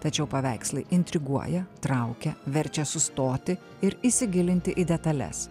tačiau paveikslai intriguoja traukia verčia sustoti ir įsigilinti į detales